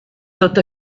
tot